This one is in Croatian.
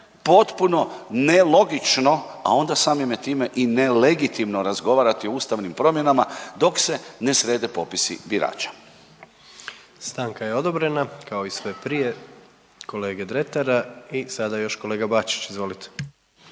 potpuno nelogično, a onda samime time i nelegitimno razgovarati o ustavnim promjenama dok se ne srede popisi birača. **Jandroković, Gordan (HDZ)** Stanka je odobrena, kao i sve prije, kolege Dretara i sada još kolega Bačić, izvolite.